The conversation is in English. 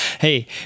Hey